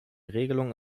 regelung